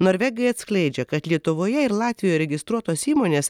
norvegai atskleidžia kad lietuvoje ir latvijoje registruotos įmonės